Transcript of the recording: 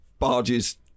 Barges